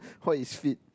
what is fit